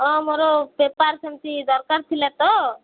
ହଁ ମୋର ପେପାର ସେମିତି ଦରକାର ଥିଲା ତ